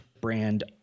brand